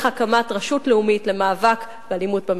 הקמת רשות לאומית למאבק באלימות במשפחה.